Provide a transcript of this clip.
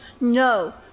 No